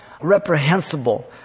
reprehensible